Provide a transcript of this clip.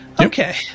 Okay